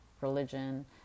religion